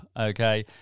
okay